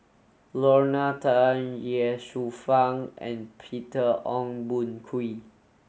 Lorna Tan Ye Shufang and Peter Ong Boon Kwee